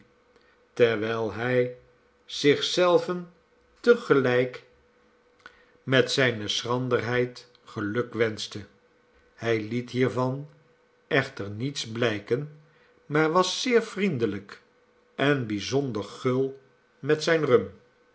terwijl hij zich zelven te gelijk met zijne schranwelkom weber derheid geluk wenschte hij liet hiervan echter niets blijken maar was zeer vriendelijk en bijzonder gul met zijn rum